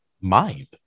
mind